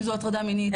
אם זו הטרדה מינית.